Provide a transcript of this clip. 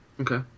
Okay